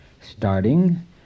starting